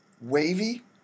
wavy